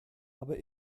aber